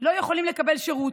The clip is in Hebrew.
לא יכולים לקבל שירות,